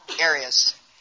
areas